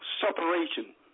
separation